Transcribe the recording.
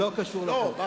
זה לא קשור לחוק.